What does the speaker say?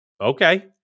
okay